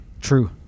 True